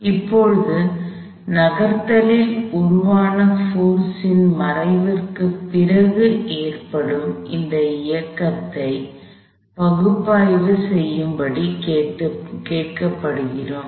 சரி இப்போது நகர்தலில் உருவான போர்ஸ் ன் மறைவிற்கு பின் ஏற்படும் இந்த இயக்கத்தை பகுப்பாய்வு செய்யும்படி கேட்கப்படுகிறோம்